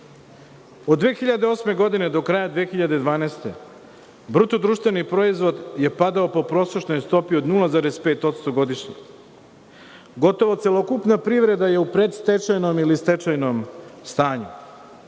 Od 2008. godine do kraja 2012. godine bruto društveni proizvod je padao po prosečnoj stopi od 0,5% godišnje. Gotovo celokupna privreda je u predstečajnom ili stečajnom stanju,